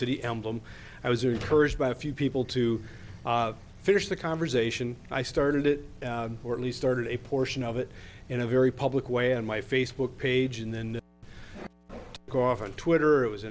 city emblem i was there courage by a few people to finish the conversation i started it or at least ordered a portion of it in a very public way on my facebook page and then go off on twitter it was